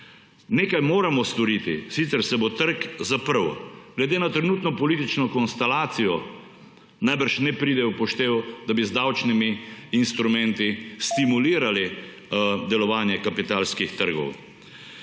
Nekaj moramo storiti, sicer se bo trg zaprl. Glede na trenutno politično konstelacijo, najbrž ne pride v poštev, da bi z davčnimi instrumenti stimulirali delovanje kapitalskih trgov.